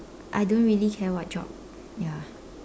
I don't really care what job ya